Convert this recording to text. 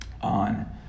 on